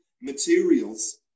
materials